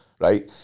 Right